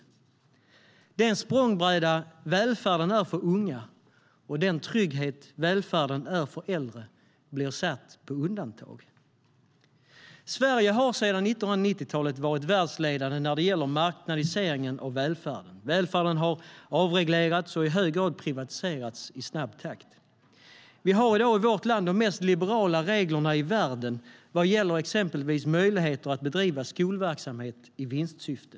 Sverige har sedan 1990-talet varit världsledande när det gäller marknadiseringen av välfärden. Välfärden har avreglerats och i hög grad privatiserats i snabb takt. Vi har i dag i vårt land de mest liberala reglerna i världen vad gäller exempelvis möjligheter att bedriva skolverksamhet i vinstsyfte.